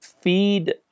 feed